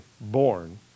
born